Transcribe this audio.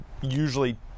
usually